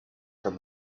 from